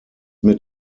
mit